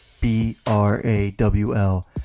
B-R-A-W-L